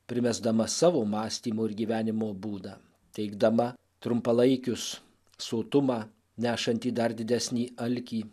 primesdama savo mąstymo ir gyvenimo būdą teikdama trumpalaikius sotumą nešantį dar didesnį alkį